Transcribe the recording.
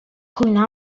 cwyno